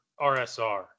RSR